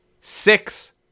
six